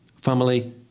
family